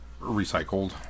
recycled